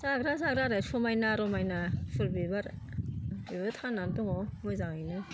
जाग्रा जाथ आरो समायना रमायना फुल बिबार बेबो थांनानै दङ मोजांङैनो